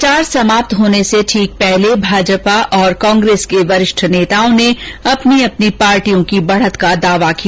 प्रचार समाप्त होने से ठीक पहले भाजपा और कांग्रेस के वरिष्ठ नेताओं ने अपनी अपनी पार्टियों की बढत का दावा किया